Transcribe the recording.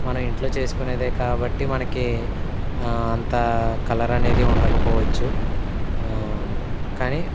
మన ఇంట్లో చేసుకునేదే కాబట్టి మనకి అంత కలర్ అనేది ఉండకపోవచ్చు కానీ